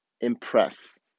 impress